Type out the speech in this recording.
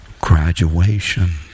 Graduation